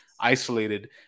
isolated